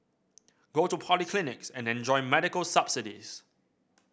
go to polyclinics and enjoy medical subsidies